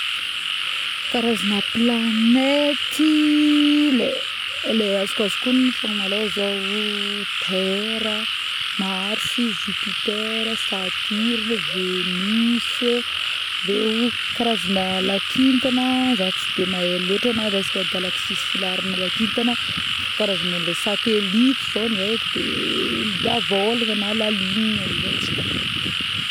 Karazagny planety le le azoko azoko ognona fô malôha zaooo tera, marsy, Jupitera, saturne ,venus, veo karazgna lakintagna za tsy de mahay lôtra na resaka Galaxy sy filaharagna lakintagna karazgna satellite zao no haiky de davolagna na la lune oza antsika